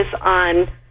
on